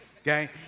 Okay